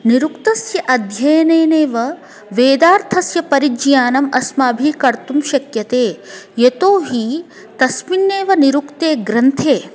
निरुक्तस्य अध्ययनेनैव वेदार्थस्य परिज्ञानम् अस्माभिः कर्तुं शक्यते यतो हि तस्मिन्नेव निरुक्ते ग्रन्थे